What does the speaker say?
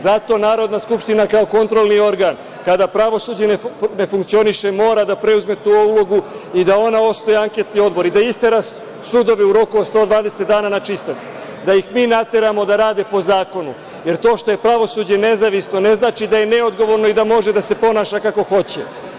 Zato Narodna skupština kao kontrolni organ, kada pravosuđe ne funkcioniše, mora da preuzme tu ulogu i da ona osnuje anketni odbor i da istera sudove u roku od 120 dana na čistac, da ih mi nateramo da rade po zakonu, jer to što je pravosuđe nezavisno ne znači da je neodgovorno i da može da se ponaša kako hoće.